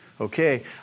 Okay